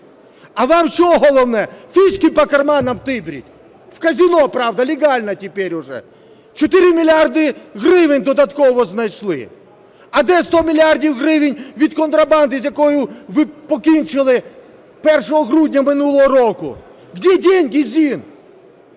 А вам що головне - фішки по карманам тибрить? В казино, правда, легально тепер вже. Чотири мільярди гривень додатково знайшли. А де 100 мільярдів гривень від контрабанди, з якою ви покінчили 1 грудня минулого року? "Где деньги, Зин?"